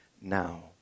now